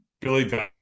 Billy